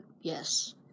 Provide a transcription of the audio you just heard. Yes